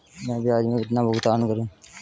मैं ब्याज में कितना भुगतान करूंगा?